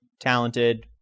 talented